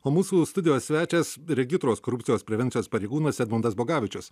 o mūsų studijos svečias regitros korupcijos prevencijos pareigūnas edmundas bogavičius